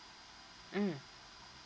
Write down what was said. mm